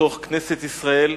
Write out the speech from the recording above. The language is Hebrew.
בתוך כנסת ישראל,